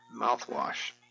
mouthwash